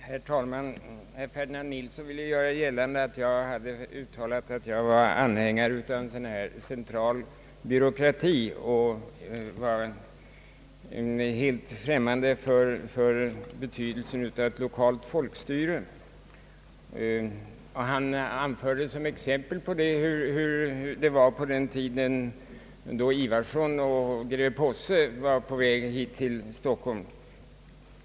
Herr talman! Herr Ferdinand Nilsson ville göra gällande att jag hade uttalat att jag var anhängare av centralbyråkrati och att jag var helt främmande för betydelsen av lokalt folkstyre. Som exempel anförde han hur det var på den tiden då Carl Ifvarsson och greve Posse var på väg till Stockholm.